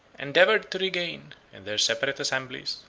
endeavored to regain, in their separate assemblies,